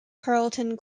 carlton